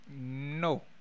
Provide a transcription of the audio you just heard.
No